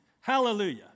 Hallelujah